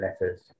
letters